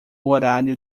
horário